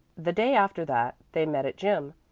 the day after that they met at gym.